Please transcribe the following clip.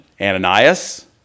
Ananias